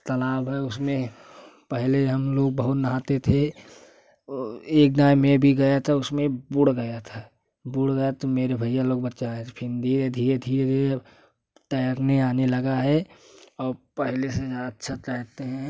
तालाब है उस में पहले हम लोग बहुत नहाते थे एक दाई में मैं भी गया था उस में बुड़ गया था बुड़ गया था तो मेरे भैया लोग बचाए थे तो फिर धीरे धीरे धीरे तैरने आने लगा है अब पहले से अच्छा तैरते हैं